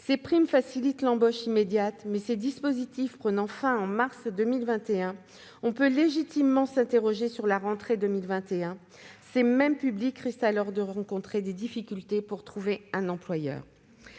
Ces primes facilitent l'embauche immédiate, mais, ces dispositifs prenant fin en mars 2021, on peut légitimement s'interroger sur la rentrée 2021 : ces mêmes publics risquent alors de rencontrer des difficultés pour trouver un employeur.